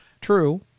True